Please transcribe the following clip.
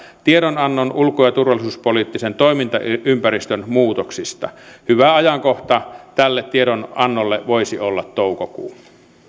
tiedonannon ulko ja turvallisuuspoliittisen toimintaympäristön muutoksista hyvä ajankohta tälle tiedonannolle voisi olla toukokuu